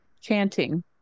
chanting